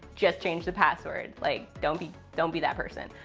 just change the password. like don't be don't be that person.